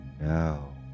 now